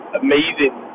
amazing